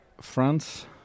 France